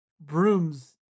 Broom's